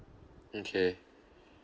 okay